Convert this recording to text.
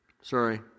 Sorry